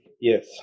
Yes